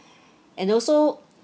and also